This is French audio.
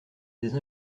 des